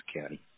County